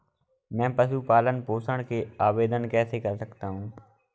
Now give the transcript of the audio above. मैं पशु पालन पोषण के लिए आवेदन कैसे कर सकता हूँ?